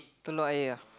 Telok-Ayer ah